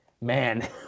man